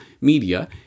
media